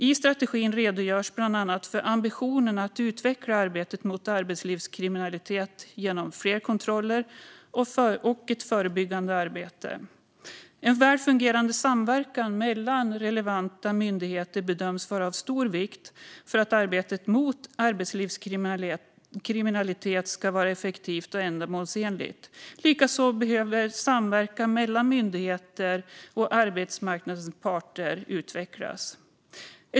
I strategin redogörs bland annat för ambitionen att utveckla arbetet mot arbetslivskriminalitet genom fler kontroller och ett förebyggande arbete. En välfungerande samverkan mellan relevanta myndigheter bedöms vara av stor vikt för att arbetet mot arbetslivskriminalitet ska vara effektivt och ändamålsenligt. Likaså behöver samverkan mellan myndigheter och arbetsmarknadens parter utvecklas.